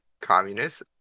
communists